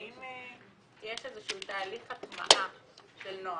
האם יש איזשהו תהליך הטמעה של נוהל,